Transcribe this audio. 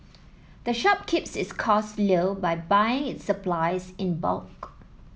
the shop keeps its costs low by buying its supplies in bulk